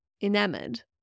Enamoured